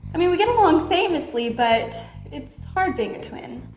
i mean we get along famously but it's hard being a twin.